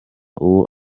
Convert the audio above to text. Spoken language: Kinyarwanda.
uwo